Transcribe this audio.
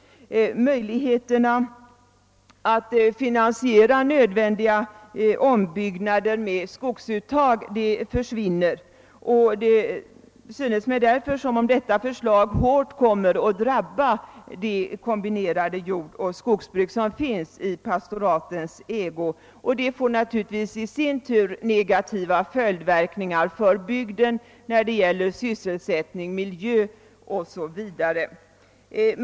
Möjligheterna att finansiera nödvändiga ombyggnader med skogsuttag försvinner. Det synes mig därför som om detta förslag kommer att hårt drabba det kombinerade jordoch skogsbruk som drivs av pastoraten. Det får naturligtvis i sin tur negativa följdverkningar för bygden när det gäller sysselsättning, miljö osv.